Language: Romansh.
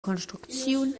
construcziun